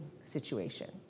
situation